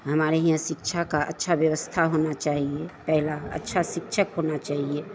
हमारे यहाँ शिक्षा की अच्छी व्यवस्था होनी चाहिए पहला अच्छा शिक्षक होना चाहिए